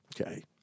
okay